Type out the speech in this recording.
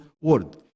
word